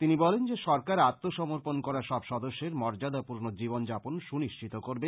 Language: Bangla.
তিনি বলেন যে সরকার আত্ম সমর্পন করা সব সদস্যের মর্যদাপূর্ণ জীবন যাপন সুনিশ্চিত করবে